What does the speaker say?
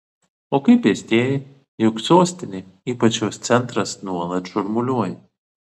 o kaip pėstieji juk sostinė ypač jos centras nuolat šurmuliuoja